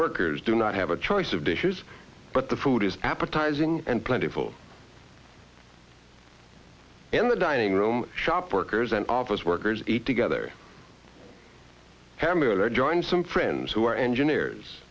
workers do not have a choice of dishes but the food is appetizing and plentiful in the dining room shop workers and office workers eat together hammer and i joined some friends who are engineers